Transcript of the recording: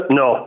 no